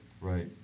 Right